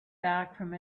from